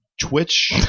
Twitch